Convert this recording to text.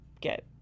get